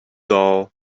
doll